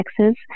Texas